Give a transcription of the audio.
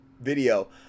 video